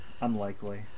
Unlikely